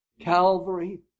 Calvary